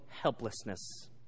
helplessness